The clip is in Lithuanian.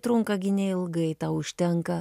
trunka gi neilgai tau užtenka